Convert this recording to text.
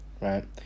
right